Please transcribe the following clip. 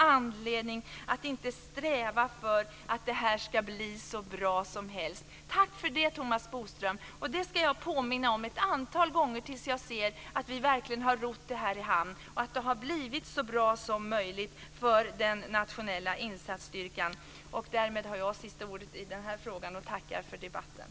Jag hoppas att alla hörde det, och jag vill se det i protokollet i morgon. Tack för det, Thomas Bodström! Detta ska jag påminna om ett antal gånger tills jag ser att vi verkligen har rott det här i hamn och att det har blivit så bra som möjligt för den nationella insatsstyrkan. Därmed har jag sista ordet i den här frågan och tackar för debatten.